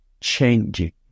changing